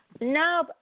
No